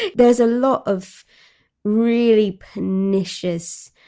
yeah there's a lot of really pernicious,